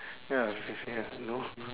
ya feeling feeling ah know